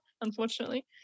unfortunately